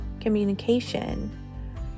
communication